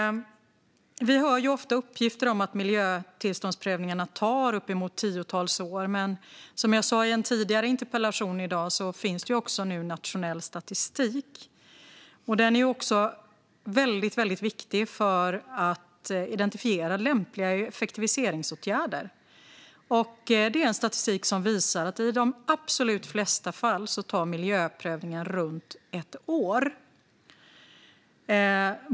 Vi hör ofta uppgifter om att miljötillståndsprövningarna kan ta tiotals år, men som jag sa i en tidigare interpellationsdebatt i dag finns nationell statistik, som också är viktig för att identifiera lämpliga effektiviseringsåtgärder. Denna statistik visar att i de absolut flesta fall tar miljöprövningen runt ett år.